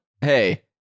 Hey